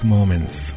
Moments